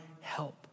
help